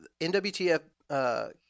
NWTF